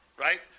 right